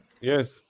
Yes